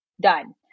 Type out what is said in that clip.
Done